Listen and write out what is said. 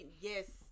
yes